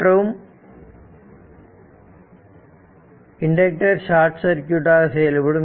மற்றும் inductor short circuit ஆக செயல்படும்